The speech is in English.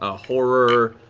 ah horror,